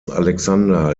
alexander